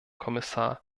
kommissar